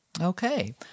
Okay